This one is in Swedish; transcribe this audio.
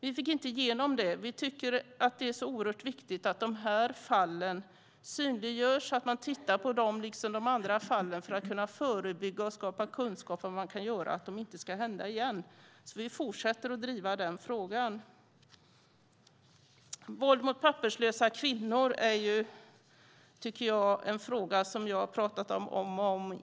Vi fick inte igenom det. Vi tycker att det är oerhört viktigt att de här fallen synliggörs och att man tittar på dem liksom på de andra fallen för att kunna förebygga och skapa kunskap så att det inte ska hända igen. Vi fortsätter att driva den frågan. Våld mot papperslösa kvinnor är en fråga som jag har pratat om många gånger här.